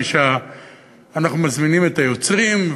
אנחנו מזמינים את היוצרים,